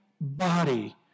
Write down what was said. body